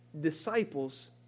disciples